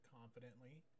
confidently